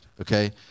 okay